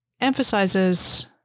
emphasizes